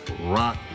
rock